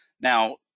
Now